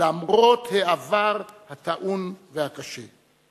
למרות העבר הטעון והקשה.